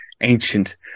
ancient